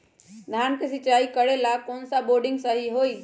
धान के सिचाई करे ला कौन सा बोर्डिंग सही होई?